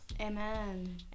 Amen